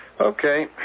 Okay